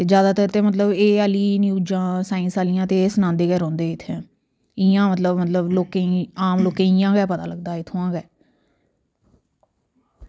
ते जैदातर ते एह् आह्लियां न्यूज़ां साइंस आह्लियां ते सनांदे गै रौंह्दे इत्थै ते इ'यां इं'यां लोकें गी आम लोकें गी इ'यां गै पता चलदा इत्थुआं गै